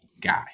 Guy